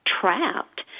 trapped